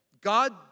God